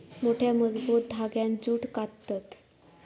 मोठ्या, मजबूत धांग्यांत जूट काततत